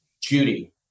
Judy